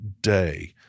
day